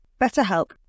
BetterHelp